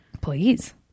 please